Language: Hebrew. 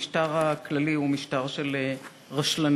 המשטר הכללי הוא משטר של רשלנות,